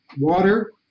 water